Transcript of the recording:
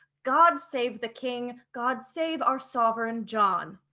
god save the king, god save our sovereign john!